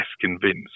convinced